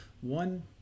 One